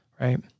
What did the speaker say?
right